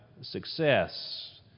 success